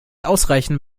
ausreichen